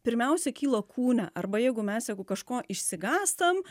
pirmiausia kyla kūne arba jeigu mes jeigu kažko išsigąstam